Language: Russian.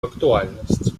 актуальность